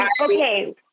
Okay